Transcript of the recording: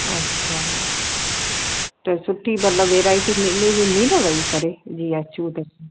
अच्छा त सुठी मतिलबु वैरायटी मिली वेंदी न वेही करे जीअं चूड